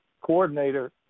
coordinator